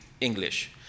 English